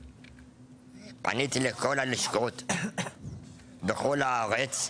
פניתי לכל הלשכות בכל הארץ במייל,